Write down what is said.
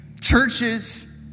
churches